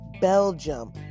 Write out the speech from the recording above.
Belgium